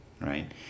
right